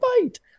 fight